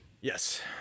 yes